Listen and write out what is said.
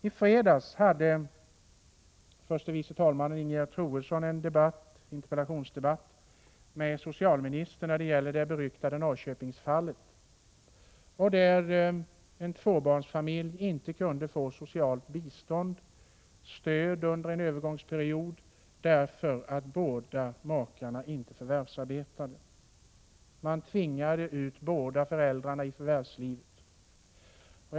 I fredags förde förste vice talmannen Ingegerd Troedsson en interpellationsdebatt med socialministern om det beryktade Norrköpingsfallet, där en tvåbarnsfamilj inte kunde få socialt stöd under en övergångsperiod därför att inte båda makarna förvärvsarbetade. Man tvingade ut båda föräldrarna i förvärvslivet.